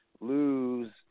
lose